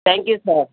thank you sir